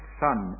son